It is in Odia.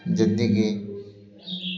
ଯେତିକି